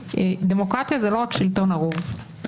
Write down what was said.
דמוקרטיה זה לא רק שלטון הרוב.